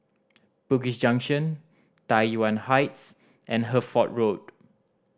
Bugis Junction Tai Yuan Heights and Hertford Road